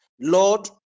Lord